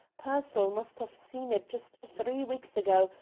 pearsall must have seen it just three weeks ago,